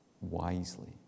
wisely